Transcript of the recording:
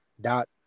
dot